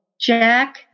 Jack